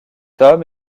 homme